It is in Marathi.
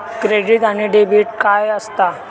क्रेडिट आणि डेबिट काय असता?